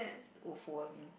Ofo I mean